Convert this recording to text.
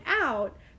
out